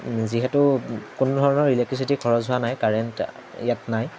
যিহেতু কোনো ধৰণৰ ইলেক্ট্ৰিচিটি খৰচ হোৱা নাই কাৰেণ্ট ইয়াত নাই